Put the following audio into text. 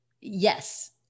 Yes